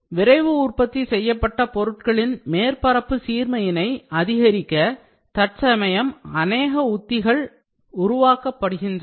விரைவு உற்பத்தி செய்யப்பட்ட பொருட்களின் மேற்பரப்பு சீர்மையினை அதிகரிக்க தற்சமயம் அநேக உத்திகள் தற்சமயம் உருவாக்கப்படுகின்றன